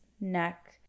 neck